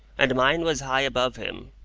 and mine was high above him,